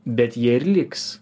bet jie ir liks